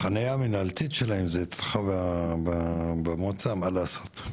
החנייה המנהלתית שלהם היא אצלך במועצה, מה לעשות.